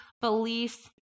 beliefs